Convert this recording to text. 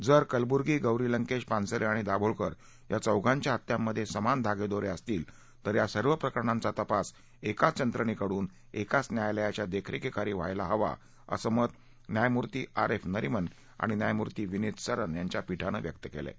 जर कलब्र्गी गौरी लंकेश पानसरे आणि दाभोळकर या चौघांच्या हत्यांमध्ये समान धागेदोरे असतील तर या सर्व प्रकरणांचा तपास एकाच यंत्रणेकडून एकाच न्यायालयाच्या देखरेखीखाली व्हायला हवा असं मत न्यायमूर्ती आर एफ नरिमन आणि न्यायमूर्ती विनीत सरन यांच्या पीठानं व्यक्त केलं आहे